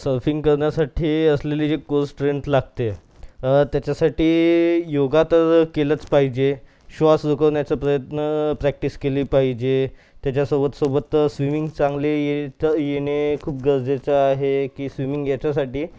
surfing करण्यासाठी असलेली जी कोर स्ट्रेंथ लागते त्याच्यासाठी योगा तर केलंच पाहिजे श्वास रोखवण्याचा प्रयत्न प्रॅक्टिस केली पाहिजे त्याच्यासोबत सोबत स्विमींग चांगली येत येणे खूप गरजेचं आहे की स्विमींग याच्यासाठी